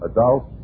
Adult